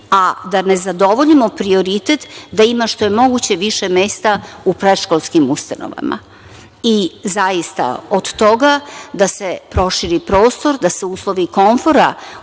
a da ne zadovoljimo prioritet, da ima što je moguće više mesta u predškolskim ustanovama. I, zaista od toga da se proširi prostor, da se uslovi komfora